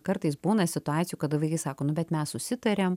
kartais būna situacijų kada vaikai sako nu bet mes susitarėm